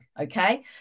okay